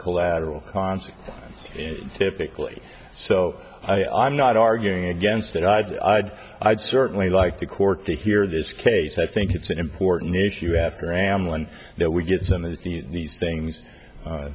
collateral concept typically so i'm not arguing against that i'd i'd i'd certainly like the court to hear this case i think it's an important issue after am one that we get some of these things